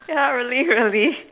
ya really really